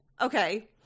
okay